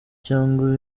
cyangwa